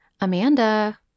Amanda